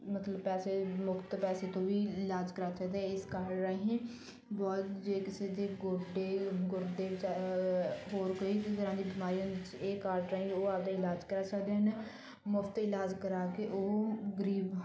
ਮਤਲਬ ਪੈਸੇ ਮੁਫ਼ਤ ਪੈਸੇ ਤੋਂ ਵੀ ਇਲਾਜ ਕਰਾ ਸਕਦੇ ਹੈ ਇਸ ਕਾਰਡ ਰਾਹੀਂ ਬਹੁਤ ਜੇ ਕਿਸੇ ਦੇ ਗੋਡੇ ਗੁਰਦੇ ਜਾਂ ਹੋਰ ਕੋਈ ਵੀ ਤਰ੍ਹਾਂ ਦੀ ਬਿਮਾਰੀ ਵਿੱਚ ਇਹ ਕਾਰਡ ਰਾਹੀਂ ਉਹ ਆਪਦਾ ਇਲਾਜ ਕਰਾ ਸਕਦੇ ਹਨ ਮੁਫ਼ਤ ਇਲਾਜ ਕਰਾ ਕੇ ਉਹ ਗਰੀਬ